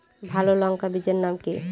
ভালো লঙ্কা বীজের নাম কি?